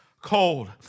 cold